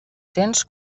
cents